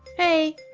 hey.